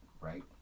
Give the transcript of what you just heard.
right